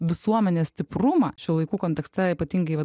visuomenės stiprumą šių laikų kontekste ypatingai vat